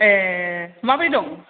ए माबोरै दं